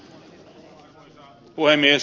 arvoisa puhemies